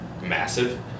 massive